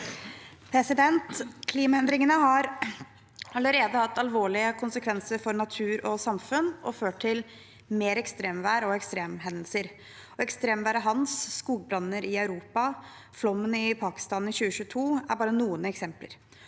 Klima- endringene har allerede hatt alvorlige konsekvenser for natur og samfunn og ført til mer ekstremvær og ekstremhendelser. Ekstremværet Hans, skogbranner i Europa og flommen i Pakistan i 2022 er bare noen eksempler,